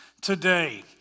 today